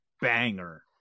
banger